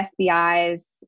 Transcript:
FBI's